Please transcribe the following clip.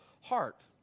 heart